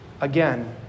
again